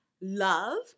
love